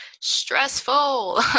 stressful